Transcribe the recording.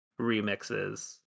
remixes